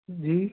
जी